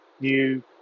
new